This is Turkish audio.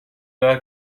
daha